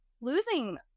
losing